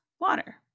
water